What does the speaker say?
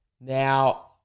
Now